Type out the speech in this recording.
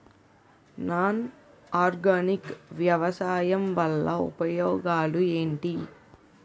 Non organic వ్యవసాయం వల్ల ఉపయోగాలు ఏంటీ?